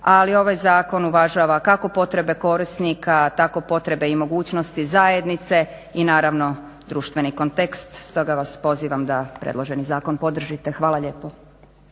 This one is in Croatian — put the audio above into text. ali ovaj zakon uvažava kako potrebe korisnika tako potrebe i mogućnosti zajednice i naravno društveni kontekst. Stoga vas pozivam da predloženi zakon podržite. Hvala lijepo.